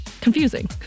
confusing